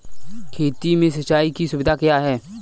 खेती में सिंचाई की सुविधा क्या है?